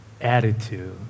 attitude